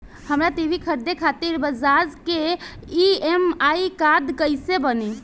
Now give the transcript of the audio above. हमरा टी.वी खरीदे खातिर बज़ाज़ के ई.एम.आई कार्ड कईसे बनी?